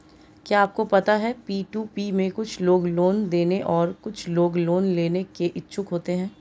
क्या आपको पता है पी.टू.पी में कुछ लोग लोन देने और कुछ लोग लोन लेने के इच्छुक होते हैं?